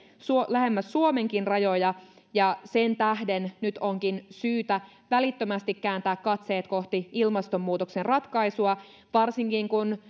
lähemmäs suomenkin rajoja sen tähden nyt onkin syytä välittömästi kääntää katseet kohti ilmastonmuutoksen ratkaisua varsinkin kun